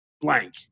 blank